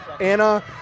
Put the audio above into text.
Anna